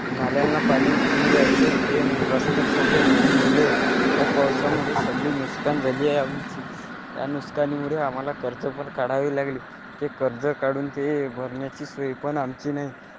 नाल्यांना पाणी पूर यायतोन ते रस्ते सगळे बुजून गेले या पावसामुळे सगळी नुकसानी झाली आहे आमची या नुकसानीमुळे आम्हाला कर्ज पण काढावी लागली ते कर्ज काढून ते भरण्याची सोय पण आमची नाही